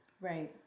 right